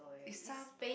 it's some